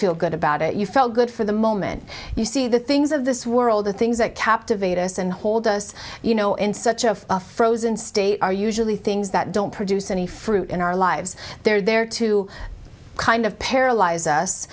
feel good about it you felt good for the moment you see the things of this world the things that captivate us and hold us you know in such of a frozen state are usually things that don't produce any fruit in our lives they're there to kind of paralyze us